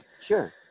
Sure